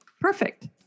Perfect